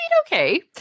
okay